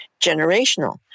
generational